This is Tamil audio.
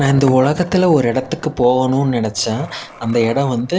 நான் இந்த உலகத்துல ஒரு இடத்துக்கு போகணும்னு நினச்சேன் அந்த இடம் வந்து